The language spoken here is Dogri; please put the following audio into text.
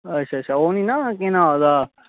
अच्छा अच्छा ओह् ना केह् नां ओह्दा